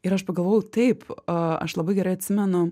ir aš pagalvojau taip aš labai gerai atsimenu